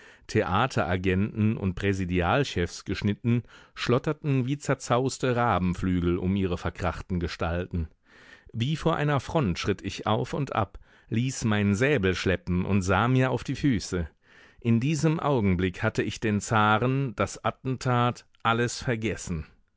theateragenten und präsidialchefs geschnitten schlotterten wie zerzauste rabenflügel um ihre verkrachten gestalten wie vor einer front schritt ich auf und ab ließ meinen säbel schleppen und sah mir auf die füße in diesem augenblick hatte ich den zaren das attentat alles vergessen